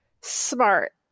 smart